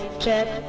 czech